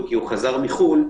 כי חזר מחו"ל,